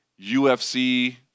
UFC